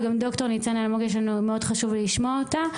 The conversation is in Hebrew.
אבל גם ד"ר ניצן אלמוג מאוד חשוב לי לשמוע אותה,